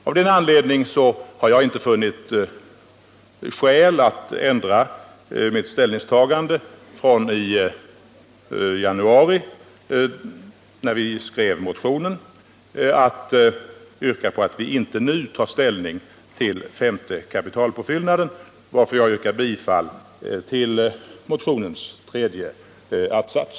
Av den anledningen har jag inte funnit skäl att ändra mitt ställningstagande från i januari när vi skrev motionen, där vi yrkade att riksdagen inte nu tar ställning till femte kapitalpåfyllnaden. Jag yrkar därför bifall till motionens tredje att-sats.